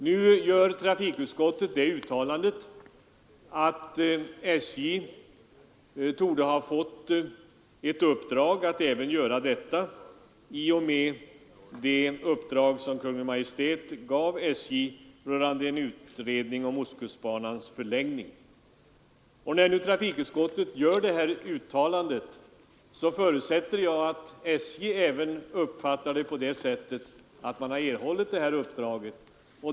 Nu gör trafikutskottet i sitt betänkande det uttalandet, att SJ torde ha fått uppdraget att även göra denna sistnämnda undersökning i och med de direktiv som Kungl. Majt gav SJ rörande en utredning om ostkustbanans förlängning. Och när nu trafikutskottet gör detta uttalande förutsätter jag att SJ även uppfattar det på samma sätt.